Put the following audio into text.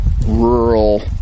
rural